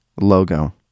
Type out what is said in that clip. logo